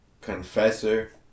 confessor